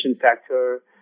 factor